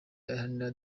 iharanira